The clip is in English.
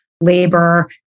labor